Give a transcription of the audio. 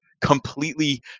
completely